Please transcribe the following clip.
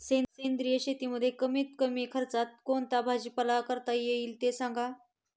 सेंद्रिय शेतीमध्ये कमीत कमी खर्चात कोणता भाजीपाला करता येईल ते सांगा